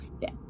Yes